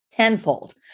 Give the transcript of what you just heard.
tenfold